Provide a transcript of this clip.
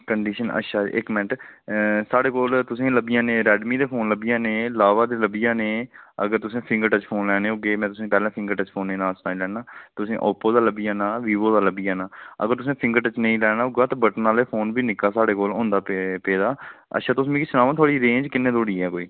condition अच्छा इक मैंट्ट साढ़े कोल तुसेंगी लब्भी जाने रेडमी दे फोन लब्भी जाने लावा दे लब्भी जाने अगर तुसें फिंगर टच फोन लैने होगे में तुसेंगी पैह्लें फिंगर टच फोन दे नांऽ सनाई लैन्नां तुसें ई ओप्पो दा लब्भी जाना वीवो दा लब्भी जाना अगर तुसें फिंगर टच नेईं लैना होगा ते बटन आह्ले फोन बी निक्का साढ़े कोला होंदा पेदा अच्छा तुस मिगी सनाओ थुआढ़ी रेंज किन्ने धोड़ी ऐ कोई